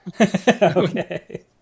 Okay